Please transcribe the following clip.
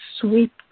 sweep